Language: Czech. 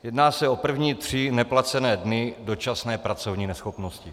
Jedná se o první tři neplacené dny dočasné pracovní neschopnosti.